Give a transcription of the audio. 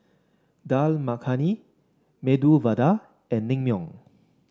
Dal Makhani Medu Vada and Naengmyeon